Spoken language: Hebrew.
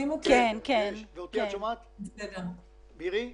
אני מתכבד לפתוח את ישיבת ועדת הכספים בנושא מעקב אחר יישום וביצוע